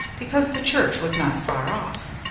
because the church was not far off.